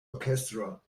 orchestra